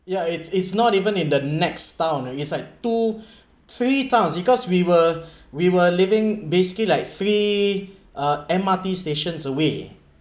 yeah it's it's not even in the next town and it's like two three times because we were we were living basically like three uh M_R_T stations away